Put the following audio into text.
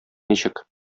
ничек